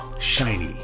shiny